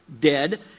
dead